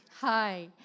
Hi